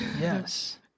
Yes